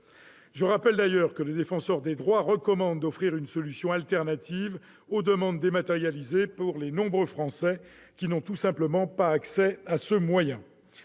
Je rappelle d'ailleurs que le Défenseur des droits recommande d'offrir une solution de remplacement aux demandes dématérialisées pour les nombreux Français qui n'ont tout simplement pas accès à ce moyen.